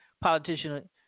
politician